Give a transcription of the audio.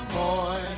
boy